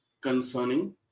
concerning